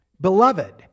Beloved